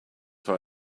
far